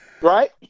Right